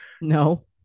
No